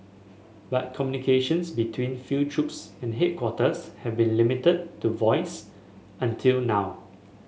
but communications between field troops and headquarters have been limited to voice until now